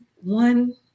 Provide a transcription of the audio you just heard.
one